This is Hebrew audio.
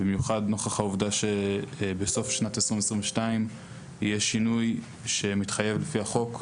במיוחד נוכח העובדה שבסוף שנת 2022 יהיה שינוי שמתחייב לפי החוק,